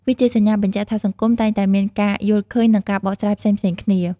វាជាសញ្ញាបញ្ជាក់ថាសង្គមតែងតែមានការយល់ឃើញនិងការបកស្រាយផ្សេងៗគ្នា។